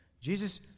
Jesus